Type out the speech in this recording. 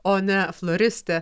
o ne floristė